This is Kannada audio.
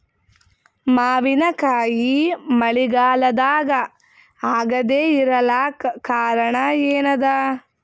ಮಾವಿನಕಾಯಿ ಮಳಿಗಾಲದಾಗ ಆಗದೆ ಇರಲಾಕ ಕಾರಣ ಏನದ?